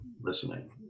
listening